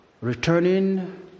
Returning